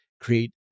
create